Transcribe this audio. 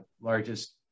largest